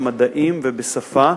במדעים ובשפה,